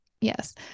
Yes